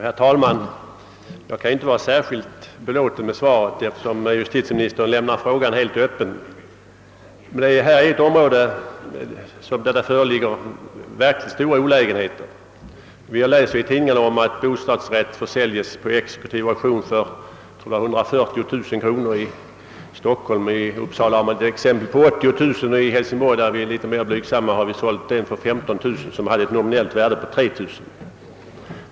Herr talman! Jag kan inte vara särskilt belåten med svaret, eftersom justitieministern lämnar frågan helt öppen. Detta är ett område där det föreligger verkligt stora olägenheter. Vi har i tidningarna läst att en bostadsrätt försålts på exekutiv auktion här i Stockholm för cirka 140000 kronor. I Uppsala finns ett exempel på sådan försäljning till 80000 kronor och i Hälsingborg, där vi är något mera blygsamma, har en lägenhet med nominellt värde av 3 000 kronor försålts för 15 000 kronor.